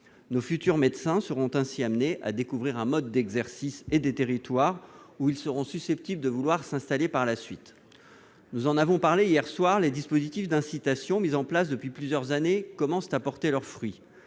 Nos futurs médecins seront ainsi amenés à découvrir un mode d'exercice et des territoires où ils seront susceptibles de s'installer par la suite. Nous en avons discuté hier soir, les dispositifs incitatifs mis en place depuis plusieurs années commencent à porter leurs fruits,